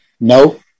no